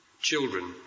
children